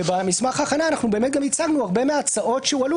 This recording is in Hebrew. במסמך ההכנה הצגנו הרבה מההצעות שהועלו